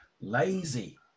lazy